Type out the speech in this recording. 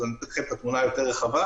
אז אתן לכם את התמונה היותר רחבה,